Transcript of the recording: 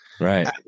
Right